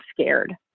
scared